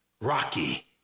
Rocky